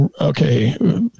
Okay